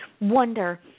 wonder